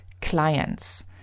clients